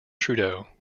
trudeau